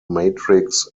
matrix